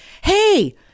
hey